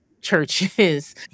churches